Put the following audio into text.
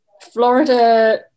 Florida